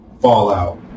fallout